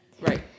Right